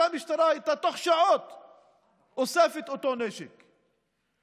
המשטרה בוודאי הייתה אוספת את אותו נשק תוך שעות.